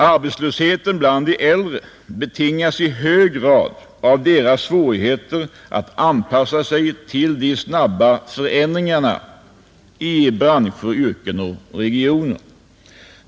Arbetslösheten bland de äldre betingas i hög grad av deras svårigheter att anpassa sig till de snabba förändringarna i branscher, yrken och regioner.